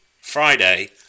Friday